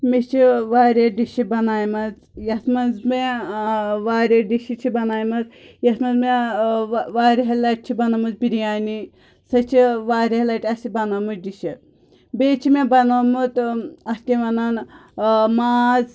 مےٚ چھِ واریاہ ڈِشہٕ بنایمَژ یَتھ منٛز مےٚ ٲں واریاہ ڈِشہٕ چھِ بنایمَژ یَتھ منٛز مےٚ ٲں وارِیاہہِ لَٹہِ چھِ بنٲومٕژ بِریانی سۄ چھِ وارِیاہہِ لٹہِ اسہِ بنٲومٕژ ڈِشہِ بیٚیہِ چھِ مےٚ بنٲمُت ٲں اتھ کیٛاہ وَنان ٲں ماز